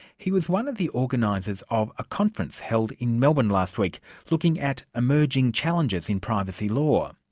he was one of the organisers of a conference held in melbourne last week looking at emerging challenges in privacy law.